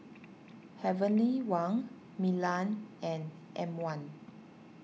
Heavenly Wang Milan and M one